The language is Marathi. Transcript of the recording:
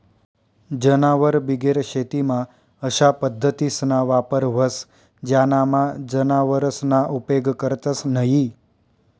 जनावरबिगेर शेतीमा अशा पद्धतीसना वापर व्हस ज्यानामा जनावरसना उपेग करतंस न्हयी